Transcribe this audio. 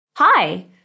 Hi